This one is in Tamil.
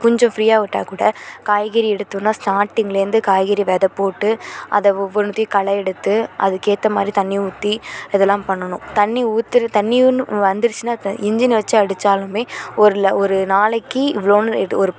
கொஞ்சம் ஃப்ரீயாக விட்டால்கூட காய்கறி எடுத்தோன்னால் ஸ்டார்ட்டிங்லேருந்து காய்கறி விதை போட்டு அதை ஒவ்வொன்றுத்தையும் களை எடுத்து அதுக்கு ஏற்ற மாதிரி தண்ணி ஊற்றி இதெல்லாம் பண்ணணும் தண்ணி ஊற்றுற தண்ணின்னு வந்துருச்சுன்னால் இன்ஜீனை வச்சு அடித்தாலுமே ஒரு ல ஒரு நாளைக்கு இவ்வளோன்னு இது